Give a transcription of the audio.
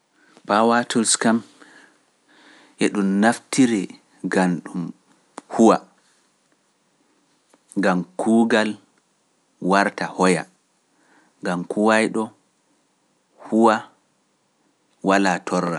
Pawaatuls kam e ɗum naftire gam kuugal hiite. gam kuugal warta hoya, gam kuwayɗo kugal hiite huwa walaa torra.